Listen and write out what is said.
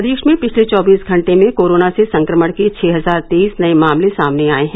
प्रदेश में पिछले चौबीस घंटे में कोरोना से संक्रमण के छ हजार तेईस नए मामले सामने आए हैं